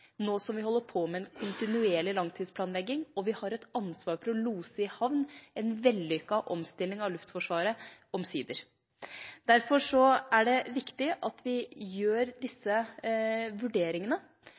nå som vi holder på med en kontinuerlig langtidsplanlegging, og vi har et ansvar for å lose i havn en vellykket omstilling av Luftforsvaret – omsider. Derfor er det viktig at vi gjør